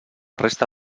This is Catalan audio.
resta